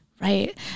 Right